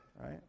Right